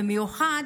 במיוחד,